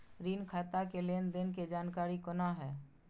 ऋण खाता के लेन देन के जानकारी कोना हैं?